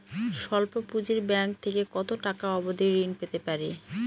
স্বল্প পুঁজির ব্যাংক থেকে কত টাকা অবধি ঋণ পেতে পারি?